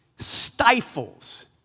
stifles